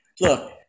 look